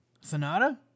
Sonata